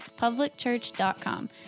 publicchurch.com